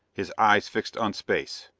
his eyes fixed on space.